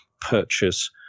purchase